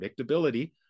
predictability